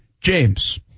James